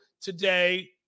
today